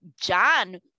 John